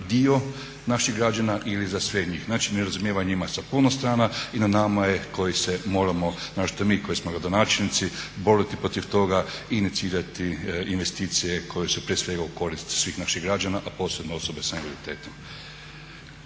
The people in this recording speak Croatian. dio naših građana ili za sve njih. Znači nerazumijevanja ima sa puno strana i na nama je koji se moramo, naročito mi koji smo gradonačelnici boriti protiv toga i inicirati investicije koje su prije svega u korist svih naših građana, a posebno osobe s invaliditetom.